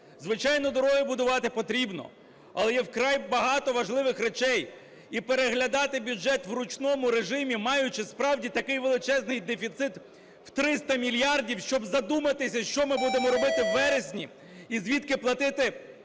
Звичайно, дороги будувати потрібно, але є вкрай багато важливих речей. І переглядати бюджет в ручному режимі, маючи, справді, такий величезний дефіцит в 300 мільярдів, щоб задуматися, що ми будемо робити в вересні і звідки платити